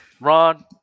Ron